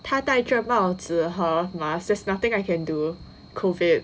他戴着帽子和 mask there's nothing I can do COVID